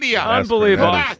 Unbelievable